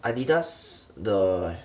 Adidas the